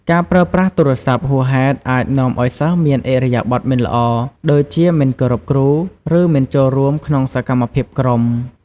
ការប្រើប្រាស់ទូរស័ព្ទហួសហេតុអាចនាំឱ្យសិស្សមានឥរិយាបថមិនល្អ ដូចជាមិនគោរពគ្រូ ឬមិនចូលរួមក្នុងសកម្មភាពក្រុម។